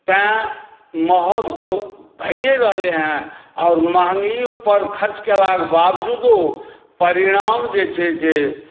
तैं महग तऽ भइए रहलै हँ आओर महन्गी पर खर्च कएलाके बावजुदो परिणाम जे छै से